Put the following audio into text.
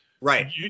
Right